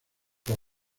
por